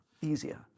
Easier